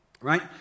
Right